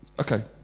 Okay